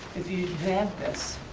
if you have this?